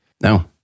No